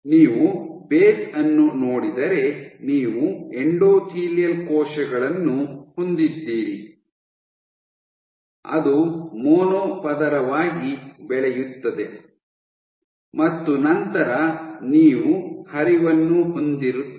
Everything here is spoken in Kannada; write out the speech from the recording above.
ನೀವು ಬೇಸ್ ಅನ್ನು ನೋಡಿದರೆ ನೀವು ಎಂಡೋಥೆಲಿಯಲ್ ಕೋಶಗಳನ್ನು ಹೊಂದಿದ್ದೀರಿ ಅದು ಮೊನೊ ಪದರವಾಗಿ ಬೆಳೆಯುತ್ತದೆ ಮತ್ತು ನಂತರ ನೀವು ಹರಿವನ್ನು ಹೊಂದಿರುತ್ತೀರಿ